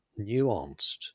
nuanced